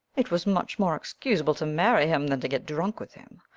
it was much more excusable to marry him than to get drunk with him.